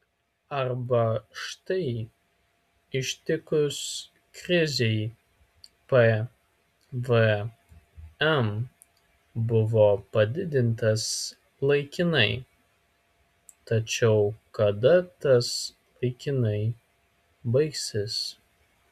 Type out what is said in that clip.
arba štai ištikus krizei pvm buvo padidintas laikinai tačiau kada tas laikinai baigsis